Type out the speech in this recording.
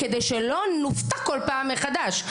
כדי שלא נופתע כל פעם מחדש.